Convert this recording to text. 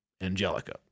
Angelica